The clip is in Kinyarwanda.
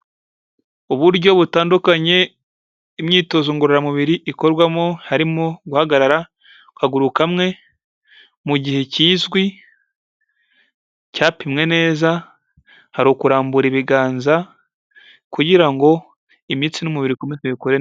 Uburyo butandukanye imyitozo ngororamubiri ikorwamo, harimo guhagarara ku kaguru kamwe mu gihe kizwi cyapimwe neza, hari ukurambura ibiganza kugira ngo imitsi n'umubiri bikomeze bikore neza.